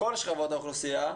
מכל שכבות האוכלוסייה.